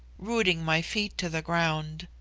rooting my feet to the ground.